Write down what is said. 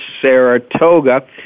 Saratoga